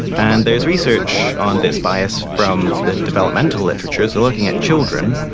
and there's research on this bias from the developmental literature, so looking at children.